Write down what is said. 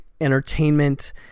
entertainment